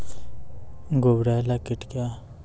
गुबरैला कीट क्या हैं?